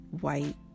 white